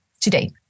today